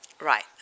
Right